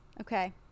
Okay